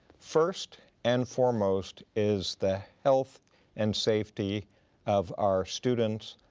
first and foremost is the health and safety of our students,